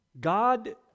God